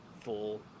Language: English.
full